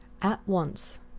at once.